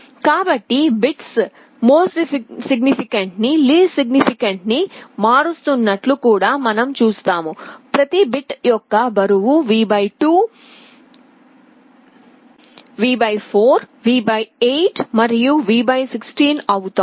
కాబట్టి bits MSB ని LSB కి మారుస్తున్నట్లు కూడా మనం చూస్తాము ప్రతి బిట్ యొక్క బరువు V 2 v 4 v 8 మరియు v 16 అవుతోంది